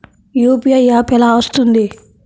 UPI app ఎలా వస్తుంది?